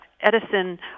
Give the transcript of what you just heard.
Edison